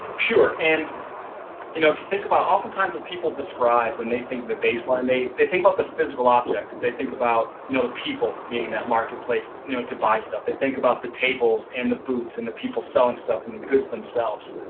sure. and you know if you think about often times what people describe, when they think the baseline be, they think about the physical objects, they think about the you know people being in that marketplace you know to buy stuff, they think about the tables and the booths and the people selling stuff and it gives themselves,